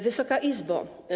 Wysoka Izbo!